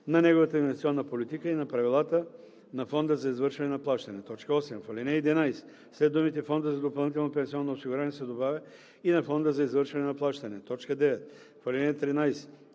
на неговата инвестиционна политика и на правилата на фонда за извършване на плащания“. 8. В ал. 11 след думите „фонда за допълнително пенсионно осигуряване“ се добавя „и на фонда за извършване на плащания“. 9. В ал. 13